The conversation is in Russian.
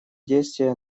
действия